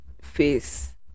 face